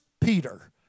Peter